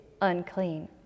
unclean